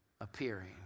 appearing